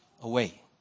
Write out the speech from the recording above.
away